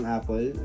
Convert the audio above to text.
Apple